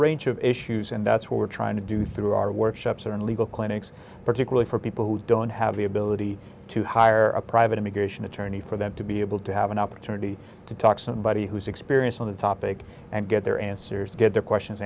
range of issues and that's what we're trying to do through our workshops are legal clinics particularly for people who don't have the ability to hire a private immigration attorney for them to be able to have an opportunity to talk somebody who's experienced on the topic and get their answers get their questions